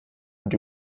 und